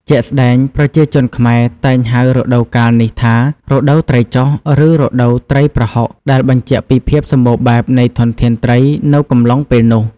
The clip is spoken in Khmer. ជាក់ស្តែង ប្រជាជនខ្មែរតែងហៅរដូវកាលនេះថា រដូវត្រីចុះ ឬ រដូវត្រីប្រហុក ដែលបញ្ជាក់ពីភាពសម្បូរបែបនៃធនធានត្រីនៅកំឡុងពេលនោះ។